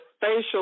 facial